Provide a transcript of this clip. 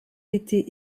été